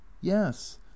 yes